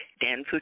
Dan